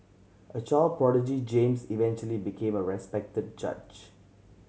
a child prodigy James eventually became a respected judge